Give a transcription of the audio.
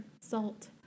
salt